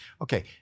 Okay